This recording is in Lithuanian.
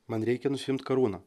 man reikia nusiimt karūną